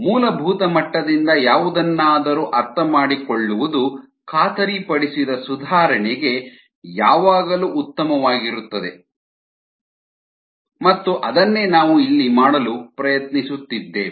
ಮೂಲಭೂತ ಮಟ್ಟದಿಂದ ಯಾವುದನ್ನಾದರೂ ಅರ್ಥಮಾಡಿಕೊಳ್ಳುವುದು ಖಾತರಿಪಡಿಸಿದ ಸುಧಾರಣೆಗೆ ಯಾವಾಗಲೂ ಉತ್ತಮವಾಗಿರುತ್ತದೆ ಮತ್ತು ಅದನ್ನೇ ನಾವು ಇಲ್ಲಿ ಮಾಡಲು ಪ್ರಯತ್ನಿಸುತ್ತಿದ್ದೇವೆ